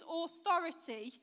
authority